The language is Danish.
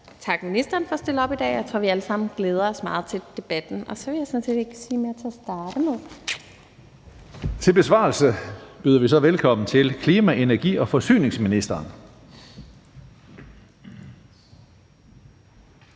takke ministeren for at stille op i dag. Jeg tror, vi alle sammen glæder os meget til debatten. Og så vil jeg sådan set ikke sige mere til at starte med. Kl. 17:18 Tredje næstformand (Karsten Hønge): Til besvarelse byder vi så velkommen til klima-, energi- og forsyningsministeren.